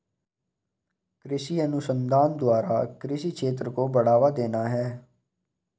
कृषि अनुसंधान द्वारा कृषि क्षेत्र को बढ़ावा देना है